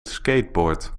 skateboard